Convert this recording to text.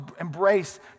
embrace